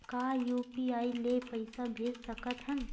का यू.पी.आई ले पईसा भेज सकत हन?